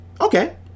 Okay